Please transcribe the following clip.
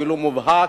אפילו מובהק,